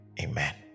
Amen